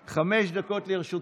אני לא יכול להגיד את השם.